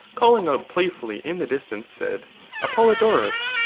calling out playfully in the distance, said apollodorus,